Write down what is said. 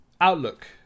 outlook